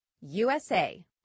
USA